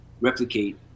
replicate